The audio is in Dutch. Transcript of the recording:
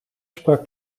sprak